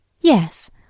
Yes